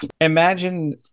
imagine